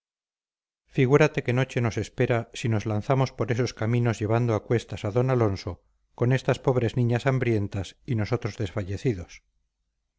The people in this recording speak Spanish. figúrate qué noche nos espera si nos lanzamos por esos caminos llevando a cuestas a d alonso con estas pobres niñas hambrientas y nosotros desfallecidos